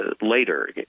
later